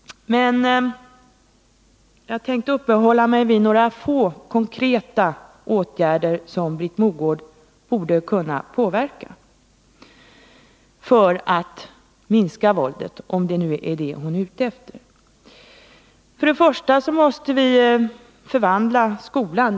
Jag skall inte uppehålla mig vid detta utan bara ta upp några få konkreta åtgärder som Britt Mogård borde kunna vidta för att minska våldet, om det nu är detta hon är ute efter. För det första måste vi förvandla skolan.